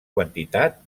quantitat